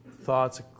thoughts